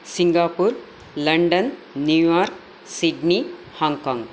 Singapore London New York Sydney Hong Kong